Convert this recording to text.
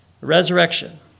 resurrection